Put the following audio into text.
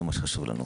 זה מה שחשוב לנו.